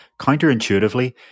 counterintuitively